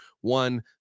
one